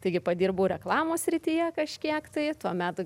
taigi padirbau reklamos srityje kažkiek tai tuomet